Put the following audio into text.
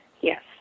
Yes